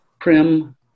prim